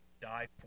die